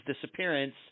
disappearance